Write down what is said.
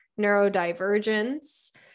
neurodivergence